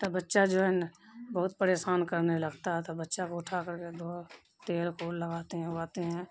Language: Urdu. تو بچہ جو ہے نا بہت پریشان کرنے لگتا ہے تو بچہ کو اٹھا کر کے دھو تیل کول لگاتے ہیں اگاتے ہیں